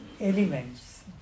elements